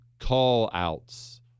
call-outs